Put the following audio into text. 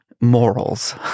morals